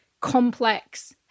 complex